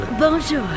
Bonjour